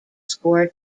score